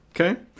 Okay